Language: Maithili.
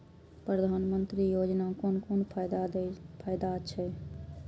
प्रधानमंत्री योजना कोन कोन फायदा छै?